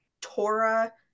Torah